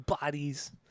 Bodies